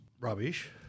rubbish